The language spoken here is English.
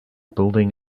building